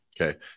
Okay